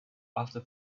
after